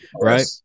right